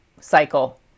cycle